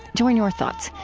join your thoughts.